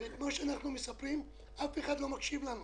אבל אף אחד לא מקשיב לנו.